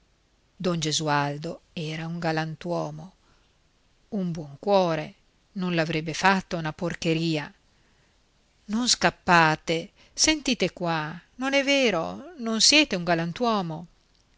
don gesualdo era un galantuomo un buon cuore non l'avrebbe fatta una porcheria non scappate sentite qua non è vero non siete un galantuomo